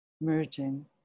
merging